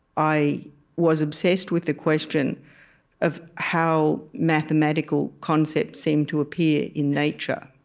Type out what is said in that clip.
i was obsessed with the question of how mathematical concepts seem to appear in nature.